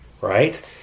right